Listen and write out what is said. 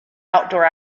outdoor